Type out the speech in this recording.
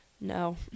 No